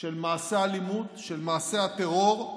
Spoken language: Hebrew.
של מעשי האלימות, של מעשי הטרור,